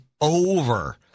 over